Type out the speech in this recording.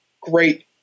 great